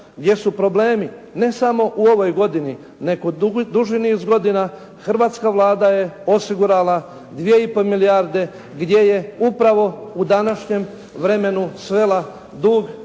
gdje su problemi ne samo u ovoj godini nego duži niz godina hrvatska Vlada je osigurala dvije i po milijarde gdje je upravo u današnjem vremenu svela dug države